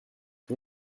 two